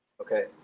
okay